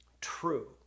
true